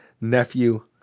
nephew